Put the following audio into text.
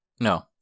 No